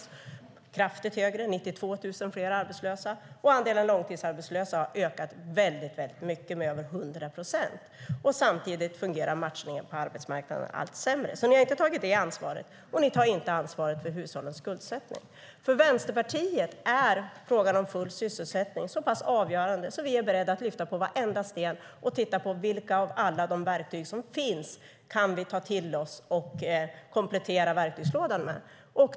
Den är kraftigt högre - det är 92 000 fler arbetslösa - och andelen långtidsarbetslösa har ökat mycket, med över 100 procent. Samtidigt fungerar matchningen på arbetsmarknaden allt sämre. Ni har alltså inte tagit det ansvaret, och ni tar inte ansvar för hushållens skuldsättning. För Vänsterpartiet är frågan om full sysselsättning så pass avgörande att vi är beredda att lyfta på varenda sten och se på vilka av de verktyg som finns vi kan ta till oss och komplettera verktygslådan med.